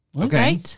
Okay